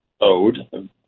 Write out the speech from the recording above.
owed